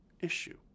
issue